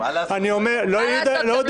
אני אומר --- מה לעשות --- מה לעשות,